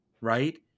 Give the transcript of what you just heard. right